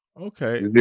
Okay